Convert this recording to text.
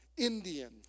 Indian